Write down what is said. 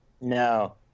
No